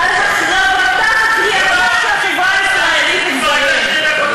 על שקרע את החברה הישראלית לגזרים.